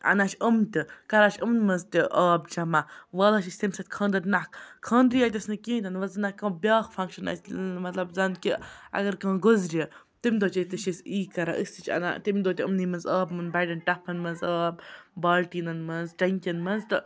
اَنان چھِ یِم تہِ کَران چھِ یِمَن منٛز تہِ آب جَمَع وَالان چھِ أسۍ تمہِ سۭتۍ خاندَر نَکھ خاندرٕے یٲتِس نہٕ کِہیٖنۍ تہ نہٕ ونۍ زن آسہِ کانٛہہ بیٛاکھ فَنٛگشَن اَسہِ مطلَب زَن کہِ اگر کانٛہہ گُزرِ تمہِ دۄہ تہ چھِ أسۍ یی کَران أسۍ تہِ چھِ اَنان تمہِ دۄہ تہِ امنے منٛز آب یِمَن بَڑٮ۪ن ٹَپھن منٛز آب بالٹیٖنَن منٛز ٹینکِیَن منٛز تہٕ